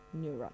neuron